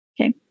Okay